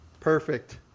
Perfect